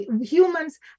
Humans